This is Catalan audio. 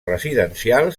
residencial